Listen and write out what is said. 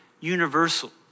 universal